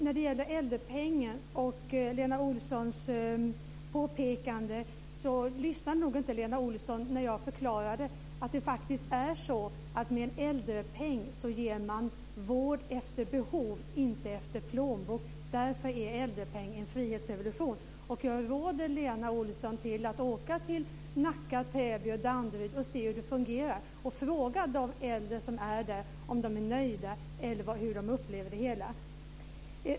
När det gäller äldrepengen och Lena Olssons påpekande lyssnade nog inte Lena Olsson när jag förklarade att man med en äldrepeng faktiskt ger vård efter behov, inte efter plånbok. Därför är äldrepeng en frihetsrevolution. Jag råder Lena Olsson att åka till Nacka, Täby eller Danderyd och se hur det fungerar. Fråga då de äldre om de är nöjda och hur de upplever det hela!